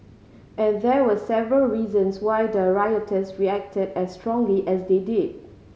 and there were several reasons why the rioters reacted as strongly as they did